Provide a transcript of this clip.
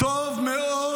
--- מתי היית בצפון?